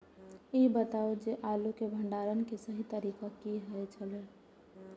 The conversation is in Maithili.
ई बताऊ जे आलू के भंडारण के सही तरीका की होय छल?